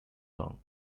kong